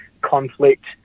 conflict